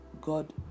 god